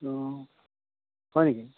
অঁ হয় নেকি